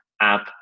app